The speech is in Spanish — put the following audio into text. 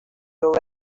obra